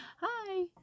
hi